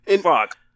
Fuck